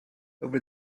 over